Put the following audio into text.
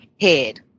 head